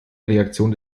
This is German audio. reaktion